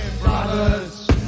Brothers